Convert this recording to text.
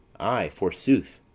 ay, forsooth.